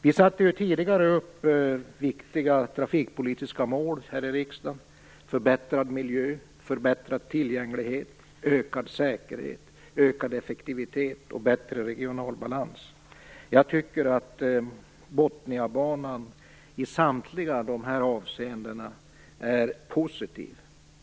Vi satte tidigare upp viktiga trafikpolitiska mål här i riksdagen: förbättrad miljö, höjd tillgänglighet, ökad säkerhet, större effektivitet och bättre regional balans. Jag tycker att Botniabanan i samtliga dessa avseenden är positiv.